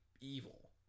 evil